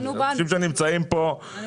האנשים שנמצאים כאן,